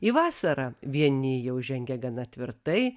į vasarą vieni jau žengė gana tvirtai